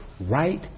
right